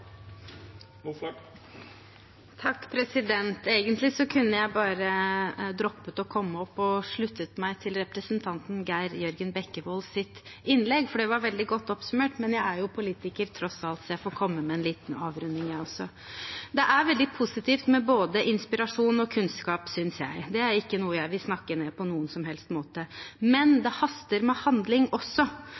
kunne jeg bare ha droppet å komme opp og sluttet meg til representanten Geir Jørgen Bekkevolds innlegg, for det var veldig godt oppsummert. Men jeg er politiker, tross alt, og får komme med en liten avrunding, jeg også. Det er veldig positivt med både inspirasjon og kunnskap, synes jeg. Det er ikke noe jeg vil snakke ned på noen som helst måte. Men det haster med handling også.